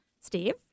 Steve